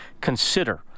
consider